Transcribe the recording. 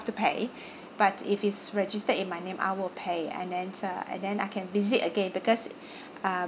to pay but if it's registered in my name I will pay and then uh and then I can visit again because uh